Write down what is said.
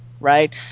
Right